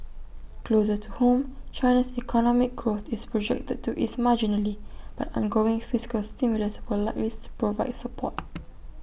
closer to home China's economic growth is projected to ease marginally but ongoing fiscal stimulus will likely use provide support